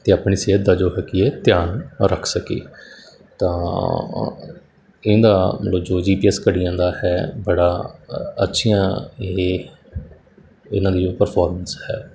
ਅਤੇ ਆਪਣੀ ਸਿਹਤ ਦਾ ਜੋ ਹੈ ਕੀ ਹੈ ਧਿਆਨ ਰੱਖ ਸਕੀਏ ਤਾਂ ਇਹਦਾ ਜੋ ਜੀ ਪੀ ਐਸ ਘੜੀਆਂ ਦਾ ਹੈ ਬੜਾ ਅੱਛੀਆਂ ਇਹ ਇਹਨਾਂ ਦੀ ਪਰਫੋਰਮਸ ਹੈ